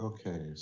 Okay